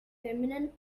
feminine